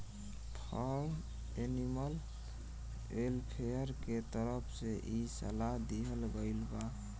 form animal welfare के तरफ से इ सलाह दीहल गईल बा